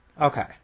okay